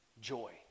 joy